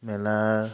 মেলাৰ